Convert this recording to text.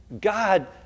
God